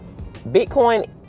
Bitcoin